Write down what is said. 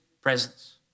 presence